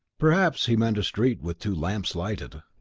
perhaps he meant a street with two lamps lighted.